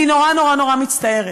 אני נורא נורא נורא מצטערת,